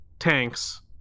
Tanks